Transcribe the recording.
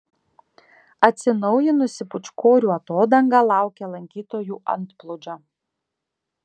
atsinaujinusi pūčkorių atodanga laukia lankytojų antplūdžio